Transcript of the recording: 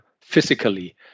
physically